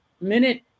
minute